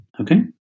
okay